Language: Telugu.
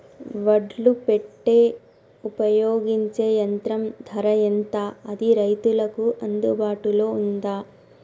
ఒడ్లు పెట్టే ఉపయోగించే యంత్రం ధర ఎంత అది రైతులకు అందుబాటులో ఉందా?